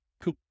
Cool